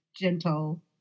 gentle